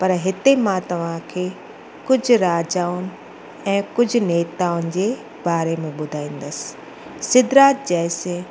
पर हिते मां तव्हांखे कुझु राजाऊं ऐं कुझु नेताउनि जे बारे में ॿुधाईंदसि सिधराज जयसिंघ